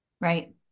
Right